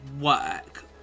work